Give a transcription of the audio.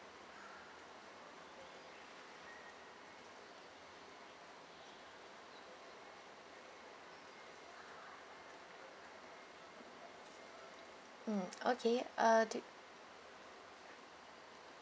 mm okay uh do you